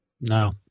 No